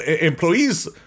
employees